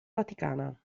vaticana